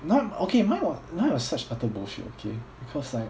not okay mine was mine was such utter bullshit okay cause like